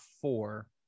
four